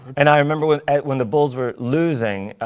and i remember when when the bulls were losing,